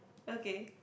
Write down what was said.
okay